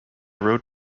road